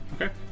Okay